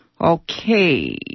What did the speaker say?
Okay